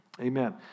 Amen